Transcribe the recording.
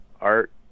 art